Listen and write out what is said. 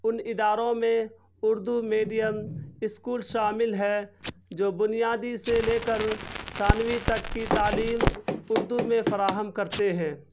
ان اداروں میں Urdu medium school شامل ہے جو بنیادی سے لے کر ثانوی تک کی تعلیم اردو میں فراہم کرتے ہیں